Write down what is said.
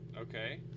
Okay